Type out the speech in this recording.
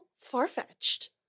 far-fetched